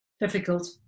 difficult